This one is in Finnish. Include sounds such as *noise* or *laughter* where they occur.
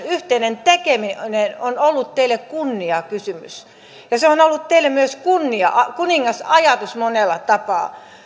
*unintelligible* yhteinen tekeminen on ollut teille kunniakysymys ja se on ollut teille myös kuningasajatus monella tapaa